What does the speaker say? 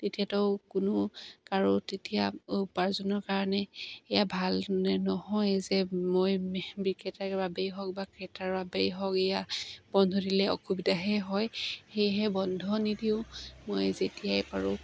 তেতিয়াাতো কোনো কাৰো তেতিয়া উপাৰ্জনৰ কাৰণে এয়া ভাল নহয় যে মই বিক্ৰেতাৰ বাবেই হওক বা ক্ৰেতাৰ বাবেই হওক এইয়া বন্ধ দিলে অসুবিধাহে হয় সেয়েহে বন্ধ নিদিও মই যেতিয়াই পাৰোঁ